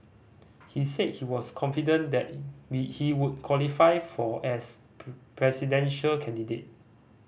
he said he was confident that he would qualify for as presidential candidate